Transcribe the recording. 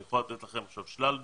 ואני יכול לתת לכם עכשיו שלל דוגמאות.